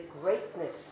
greatness